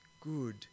good